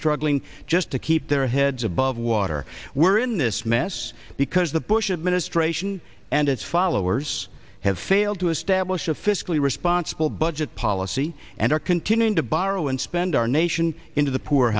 struggling just to keep their heads above water we're in this mess because the bush administration and its followers have failed to establish a fiscally responsible budget policy and are continuing to borrow and spend our nation into the poor